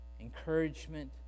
encouragement